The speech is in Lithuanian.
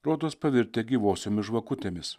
rodos pavirtę gyvosiomis žvakutėmis